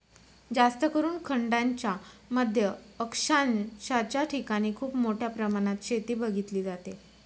जास्तकरून खंडांच्या मध्य अक्षांशाच्या ठिकाणी खूप मोठ्या प्रमाणात शेती बघितली जाते